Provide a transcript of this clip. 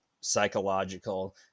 psychological